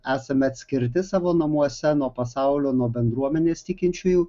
esame atskirti savo namuose nuo pasaulio nuo bendruomenės tikinčiųjų